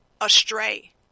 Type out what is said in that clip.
astray